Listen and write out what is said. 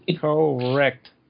Correct